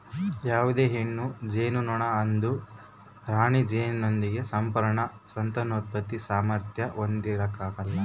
ಯಾವುದೇ ಹೆಣ್ಣು ಜೇನುನೊಣ ಅದು ರಾಣಿ ಜೇನುನೊಣದ ಸಂಪೂರ್ಣ ಸಂತಾನೋತ್ಪತ್ತಿ ಸಾಮಾರ್ಥ್ಯಾನ ಹೊಂದಿರಕಲ್ಲ